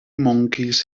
monkeys